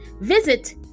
Visit